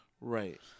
Right